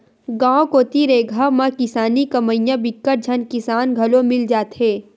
गाँव कोती रेगहा म किसानी कमइया बिकट झन किसान घलो मिल जाथे